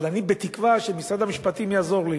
אבל אני מקווה שמשרד המשפטים יעזור לי,